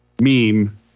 meme